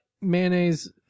mayonnaise